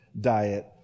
diet